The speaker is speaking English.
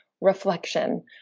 reflection